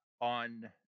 on